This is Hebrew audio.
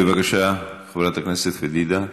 בבקשה, חברת הכנסת פדידה.